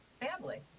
family